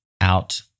out